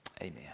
Amen